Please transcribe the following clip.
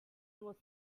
will